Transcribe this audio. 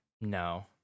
No